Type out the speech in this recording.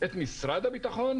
את משרד הביטחון,